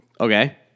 okay